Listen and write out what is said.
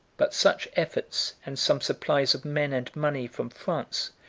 but such efforts, and some supplies of men and money from france,